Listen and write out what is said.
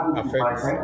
affects